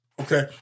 Okay